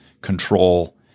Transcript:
control